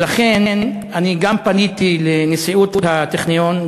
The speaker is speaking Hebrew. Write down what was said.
ולכן גם פניתי לנשיאות הטכניון,